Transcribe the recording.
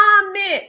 comment